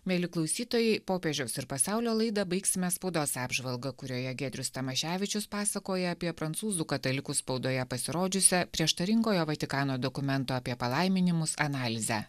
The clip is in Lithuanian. mieli klausytojai popiežiaus ir pasaulio laidą baigsime spaudos apžvalga kurioje giedrius tamaševičius pasakoja apie prancūzų katalikų spaudoje pasirodžiusią prieštaringojo vatikano dokumento apie palaiminimus analizę